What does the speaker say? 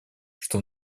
что